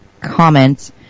comments